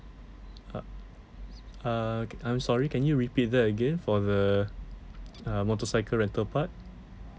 uh err I'm sorry can you repeat that again for the uh motorcycle rental part